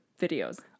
videos